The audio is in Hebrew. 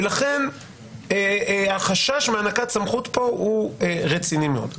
ולכן החשש מהענקת סמכות פה הוא רציני מאוד.